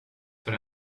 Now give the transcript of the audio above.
för